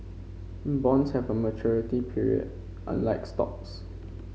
bonds have a maturity period unlike stocks